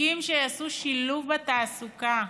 חוקים שיעשו שילוב בתעסוקה,